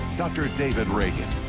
dr. david reagan.